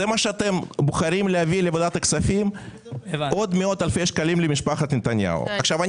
לכן אנחנו רק מתקנים כדי לחדד את העניין הזה